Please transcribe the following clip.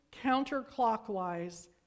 counterclockwise